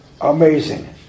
Amazing